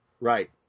Right